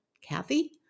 Kathy